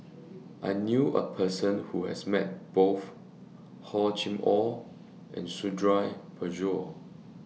I knew A Person Who has Met Both Hor Chim Or and Suradi Parjo